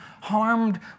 harmed